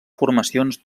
formacions